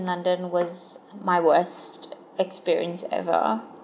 london was my worst experience ever